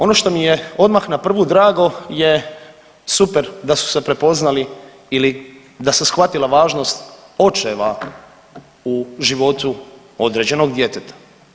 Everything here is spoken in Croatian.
Ono što mi je odmah na prvu drago je super da su se prepoznali ili da se shvatila važnost očeva u životu određenog djeteta.